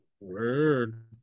Word